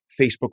Facebook